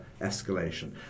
escalation